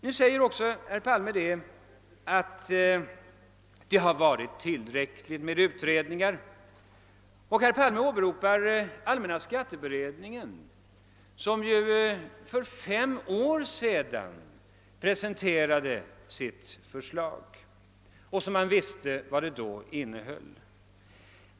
Nu säger herr Palme att det har varit tillräckligt med utredningar. Herr Palme åberopar allmänna skatteberedningen, som ju för fem år sedan presenterade sitt förslag. Vi vet vad det förslaget innehöll.